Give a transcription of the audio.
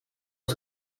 het